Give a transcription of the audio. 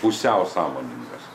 pusiau sąmoningas